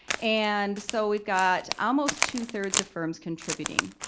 and so we've got almost two thirds of firms contributing.